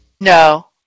No